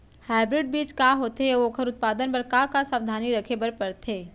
Hybrid बीज का होथे अऊ ओखर उत्पादन बर का का सावधानी रखे बर परथे?